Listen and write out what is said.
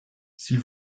s’il